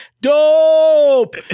dope